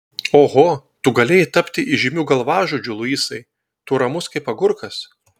oho tu galėjai tapti įžymiu galvažudžiu luisai tu ramus kaip agurkas